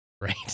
Right